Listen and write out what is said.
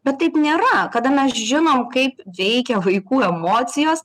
bet taip nėra kada mes žinom kaip veikia vaikų emocijos